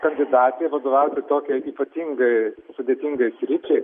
kandidatė vadovauti tokiai ypatingai sudėtingai sričiai